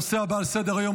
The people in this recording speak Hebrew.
הנושא הבא על סדר-היום,